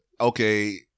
Okay